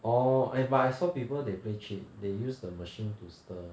oh eh but I saw people they play cheat they use the machine to stir